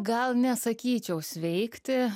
gal nesakyčiau sveikti